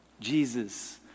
Jesus